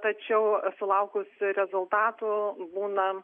tačiau sulaukus rezultatų būna